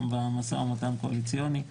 גם במשא ומתן הקואליציוני.